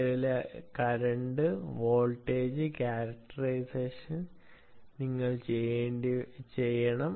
നിലവിലെ current voltage characterisation നിങ്ങൾ ചെയ്യണം